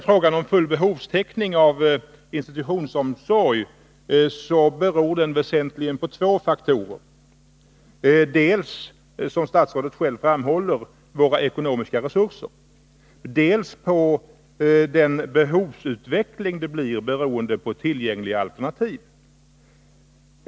Frågan om full behovstäckning av institutionsomsorg beror väsentligen på två faktorer: dels, som statsrådet själv framhåller, våra ekonomiska resurser, dels behovsutvecklingen, beroende på tillgängliga alternativ.